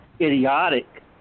idiotic